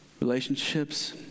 relationships